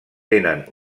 tenen